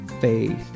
faith